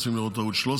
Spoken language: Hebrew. רוצים לראות 13,